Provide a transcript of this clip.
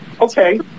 okay